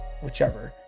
whichever